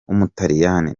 w’umutaliyani